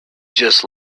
just